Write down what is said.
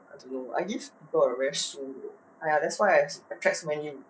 I don't know I give people a very 淑女 !aiya! that's why I attract so many